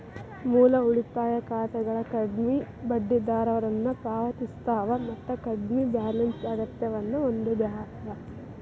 ಮೂಲ ಉಳಿತಾಯ ಖಾತೆಗಳ ಕಡ್ಮಿ ಬಡ್ಡಿದರವನ್ನ ಪಾವತಿಸ್ತವ ಮತ್ತ ಕಡ್ಮಿ ಬ್ಯಾಲೆನ್ಸ್ ಅಗತ್ಯವನ್ನ ಹೊಂದ್ಯದ